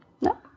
No